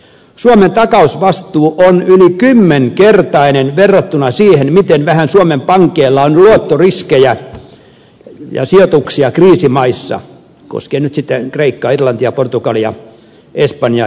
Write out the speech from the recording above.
suomen takausvastuu on yli kymmenkertainen verrattuna siihen miten vähän suomen pankeilla on luottoriskejä ja sijoituksia kriisimaissa koskien nyt sitten kreikkaa irlantia portugalia espanjaa ja italiaa